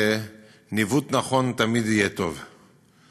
ניווט נכון תמיד יהיה טוב.